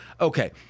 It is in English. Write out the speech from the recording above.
Okay